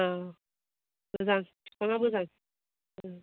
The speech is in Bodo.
औ मोजां बिफांआ मोजां